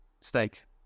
steak